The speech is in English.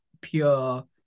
pure